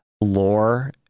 lore